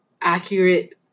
accurate